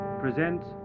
presents